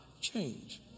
change